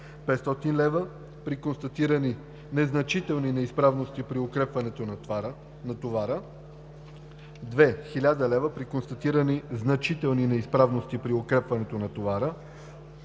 500 лв. при констатирани незначителни неизправности при укрепването на товара; 2. 1000 лв. при констатирани значителни неизправности при укрепването на товара;